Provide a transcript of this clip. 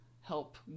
help